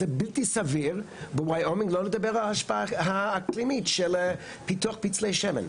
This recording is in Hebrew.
זה בלתי סביר בוויאומינג לא לדבר על ההשפעה האקלימית של פיתוח פצלי שמן.